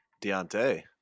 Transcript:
Deontay